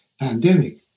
pandemic